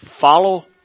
follow